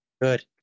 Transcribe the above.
Good